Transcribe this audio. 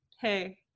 Hey